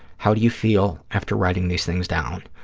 how do you feel after writing these things down?